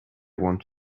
want